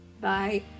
Bye